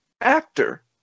actor